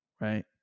Right